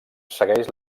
segueix